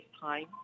time